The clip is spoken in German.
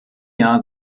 jahr